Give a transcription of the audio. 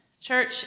Church